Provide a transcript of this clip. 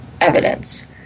evidence